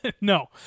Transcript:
No